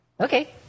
okay